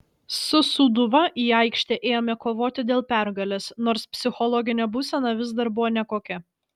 su sūduva į aikštę ėjome kovoti dėl pergalės nors psichologinė būsena vis dar buvo nekokia